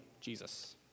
Jesus